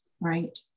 right